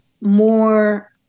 more